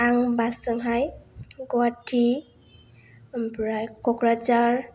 आं बास जोंहाय गुवाहाटी ओमफ्राय क'क्राझार